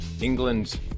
England